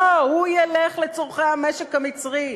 לא, הוא ילך לצורכי המשק המצרי.